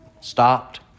stopped